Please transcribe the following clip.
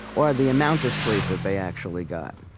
or the amount of sleep that they actually got.